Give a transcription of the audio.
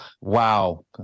wow